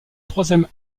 troisième